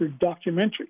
documentary